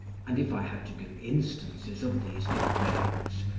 and if i had to give instances of these defects,